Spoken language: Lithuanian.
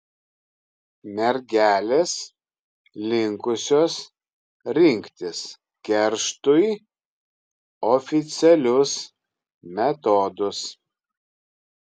mergelės linkusios rinktis kerštui oficialius metodus